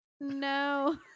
no